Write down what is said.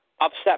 upset